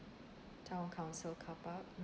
town council car park